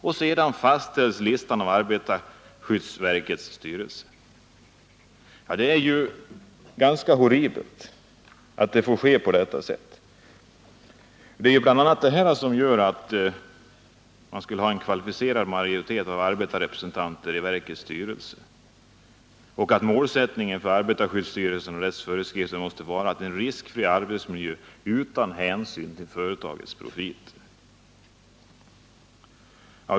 Listan fastställs sedan av arbetarskyddsverkets styrelse. Det är ju horribelt att det får gå till på detta sätt. Det är bl.a. detta som gör att vi vill ha en kvalificerad majoritet av arbetarrepresentanter i verkets styrelse och att målsättningen för arbetarskyddsverket och dess föreskrifter skall vara en riskfri arbetsmiljö utan hänsyn till företagens profiter.